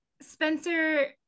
Spencer